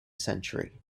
century